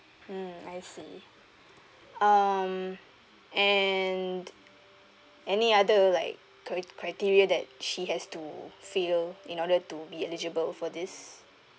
mm I see um and any other like cri~ criteria that she has to fill in order to be eligible for this